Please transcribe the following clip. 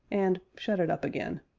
and shut it up again.